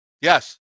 Yes